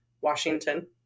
Washington